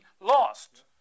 lost